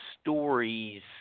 stories